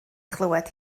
chlywed